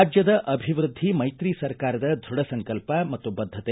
ರಾಜ್ಯದ ಅಭಿವೃದ್ಧಿ ಮೈತ್ರಿ ಸರ್ಕಾರದ ದೃಢಸಂಕಲ್ಪ ಮತ್ತು ಬದ್ಧತೆ